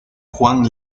juan